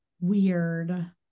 weird